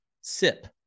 Sip